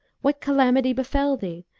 what calamity befel thee,